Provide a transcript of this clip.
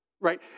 Right